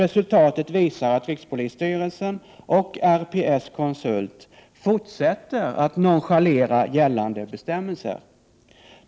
Resultatet visar att rikspolisstyrelsen och RPS-konsult fortsätter att nonchalera gällande bestämmelser.